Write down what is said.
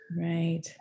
right